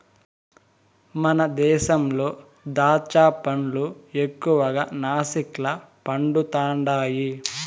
మన దేశంలో దాచ్చా పండ్లు ఎక్కువగా నాసిక్ల పండుతండాయి